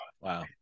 wow